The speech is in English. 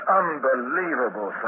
unbelievable